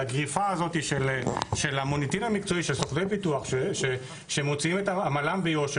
הגריפה הזאת של המוניטין המקצועי של סוכני ביטוח שמוציאים את עמלם ביושר